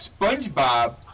SpongeBob